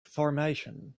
formation